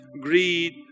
greed